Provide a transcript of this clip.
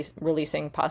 releasing